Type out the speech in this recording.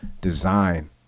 design